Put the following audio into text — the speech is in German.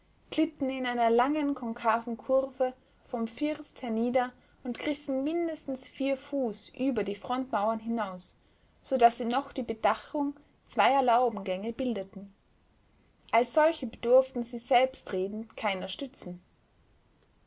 glitten in einer langen konkaven kurve vom first hernieder und griffen mindestens vier fuß über die frontmauern hinaus so daß sie noch die bedachung zweier laubengänge bildeten als solche bedurften sie selbstredend keiner stützen